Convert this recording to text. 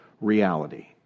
reality